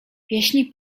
pieśni